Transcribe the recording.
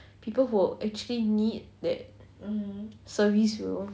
people who actually need that service will